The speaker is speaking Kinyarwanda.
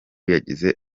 yagize